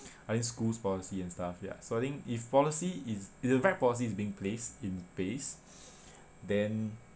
I think schools policy and stuff ya so I think if policy is if the right policy is being placed in place then